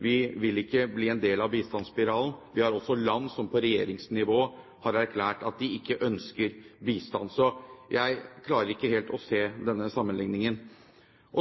vi vil ikke bli en del av bistandsspiralen. Vi har også land som på regjeringsnivå har erklært at de ikke ønsker bistand. Så jeg klarer ikke helt å se den sammenligningen.